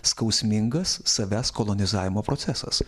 skausmingas savęs kolonizavimo procesas